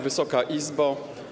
Wysoka Izbo!